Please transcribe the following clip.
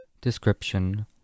Description